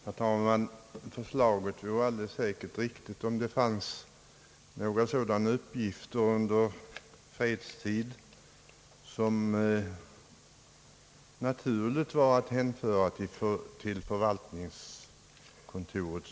Herr talman! Förslaget vore alldeles säkert riktigt om det funnes några sådana uppgifter under fredstid som det vore naturligt att hänföra till förvaltningskontoret.